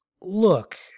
Look